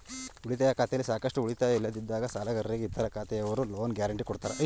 ಉಳಿತಾಯ ಖಾತೆಯಲ್ಲಿ ಸಾಕಷ್ಟು ಉಳಿತಾಯ ಇಲ್ಲದಿದ್ದಾಗ ಸಾಲಗಾರರಿಗೆ ಇತರ ಖಾತೆಯವರು ಲೋನ್ ಗ್ಯಾರೆಂಟಿ ಕೊಡ್ತಾರೆ